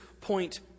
point